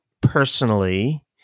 personally